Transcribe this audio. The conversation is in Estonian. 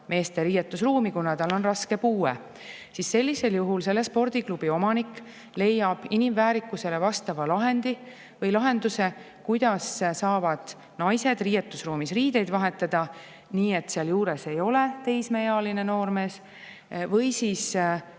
meeste riietusruumi, kuna tal on raske puue, siis sellisel juhul selle spordiklubi omanik leiab inimväärikusele vastava lahenduse, kuidas saavad naised riietusruumis riideid vahetada nii, et seal juures ei ole teismeealine noormees. Või siis